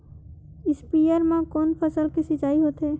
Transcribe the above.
स्पीयर म कोन फसल के सिंचाई होथे?